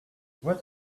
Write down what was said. what